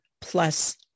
plus